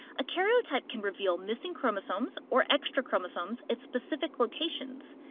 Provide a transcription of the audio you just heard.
a karyotype can reveal missing chromosomes or extra chromosomes at specific locations.